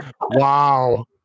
Wow